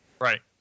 Right